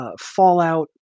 Fallout